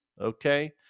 Okay